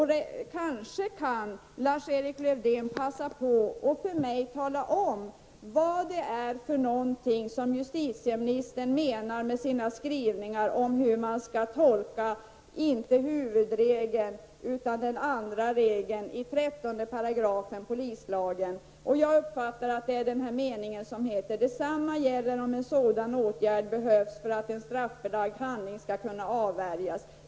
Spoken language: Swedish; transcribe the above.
Lars-Erik Lövdén kanske kan passa på att tala om för mig vad justitieministern menar med sina skrivningar om hur man skall tolka, inte huvudregeln men väl den andra regeln i 13 § polislagen. Det gäller följande passus: Detsamma gäller om en sådan åtgärd behövs för att en straffbelagd handling skall kunna avvärjas.